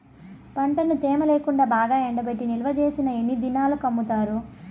పంటను తేమ లేకుండా బాగా ఎండబెట్టి నిల్వచేసిన ఎన్ని దినాలకు అమ్ముతారు?